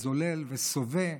זולל וסובא,